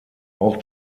auch